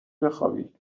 بخوابی